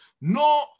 no